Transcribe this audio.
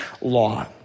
law